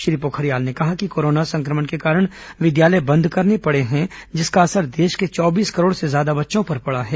श्री पोखरियाल ने कहा कि कोरोना संक्रमण के कारण विद्यालय बंद करने पड़े हैं जिसका असर देश के चौबीस करोड़ से ज्यादा बच्चों पर पडा है